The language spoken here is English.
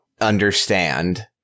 understand